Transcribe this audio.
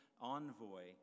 envoy